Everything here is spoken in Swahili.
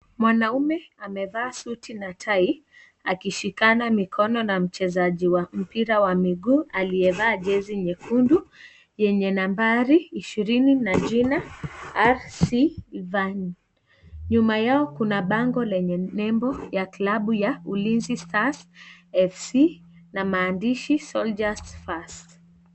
Mwanaume, amevaa suti na tai ,akishikana mkono na mchezaji wa mpira wa miguu, aliyevaa jezi nyekundu, yenye nambari 20 na jina,R.C Ivan. Nyuma yao kuna bango, lenye nembo ya klabu ya ulinzi stars FC na mandishi soldiers first .